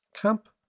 camp